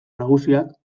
nagusiak